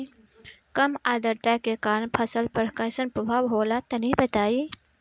कम आद्रता के कारण फसल पर कैसन प्रभाव होला तनी बताई?